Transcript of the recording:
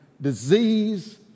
disease